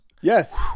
Yes